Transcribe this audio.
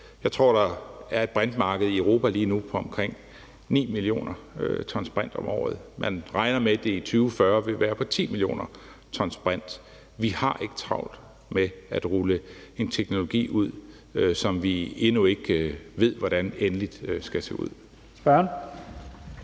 Jeg tror, at der er et brintmarked i Europa lige nu på omkring 9 mio. t brint om året. Man regner med, at det i 2040 vil være på 10 mio. t brint. Vi har ikke travlt med at rulle en teknologi ud, som vi endnu ikke ved hvordan endeligt skal se ud. Kl.